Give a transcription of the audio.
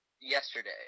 yesterday